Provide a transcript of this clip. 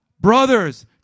brothers